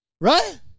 Right